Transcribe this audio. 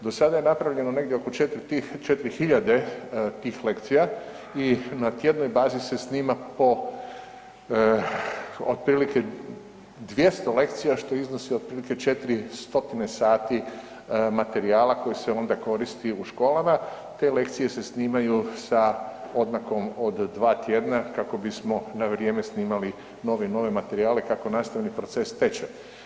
Do sada je napravljeno negdje oko 4 hiljade tih lekcija i na tjednoj bazi se snima po otprilike 200 lekcija, što iznosi otprilike 400 sati materijala koji se onda koristi u školama, te lekcije se snimaju sa odmakom od 2 tjedna kako bismo na vrijeme snimali nove i nove materijale kako nastavni proces teče.